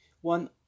one